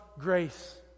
grace